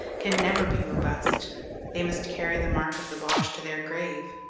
can never be robust they must carry the mark of the boche to their grave.